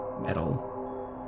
metal